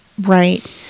Right